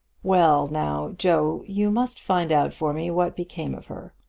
well now, joe, you must find out for me what became of her.